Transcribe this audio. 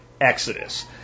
Exodus